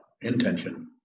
Intention